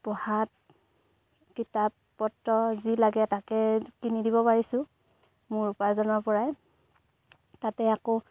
পঢ়াত কিতাপ পত্ৰ যি লাগে তাকে কিনি দিব পাৰিছোঁ মোৰ উপাৰ্জনৰ পৰাই তাতে আকৌ